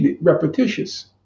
repetitious